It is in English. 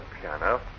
piano